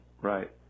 Right